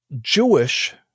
Jewish